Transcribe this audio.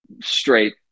straight